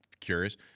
curious